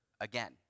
again